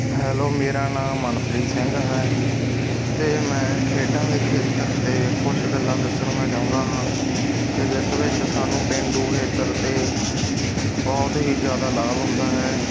hello ਮੇਰਾ ਨਾਮ ਮਨਪ੍ਰੀਤ ਸਿੰਘ ਹੈ ਅਤੇ ਮੈਂ ਖੇਡਾਂ ਦੇ ਖੇਤਰ 'ਤੇ ਕੁਛ ਗੱਲਾਂ ਦੱਸਣੀਆਂ ਚਾਹੁੰਦਾ ਹਾਂ ਕਿ ਜਿਸ ਵਿੱਚ ਸਾਨੂੰ ਪੇਂਡੂ ਖੇਤਰ 'ਤੇ ਬਹੁਤ ਹੀ ਜ਼ਿਆਦਾ ਲਾਭ ਹੁੰਦਾ ਹੈ